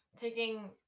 Taking